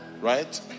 Right